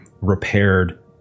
repaired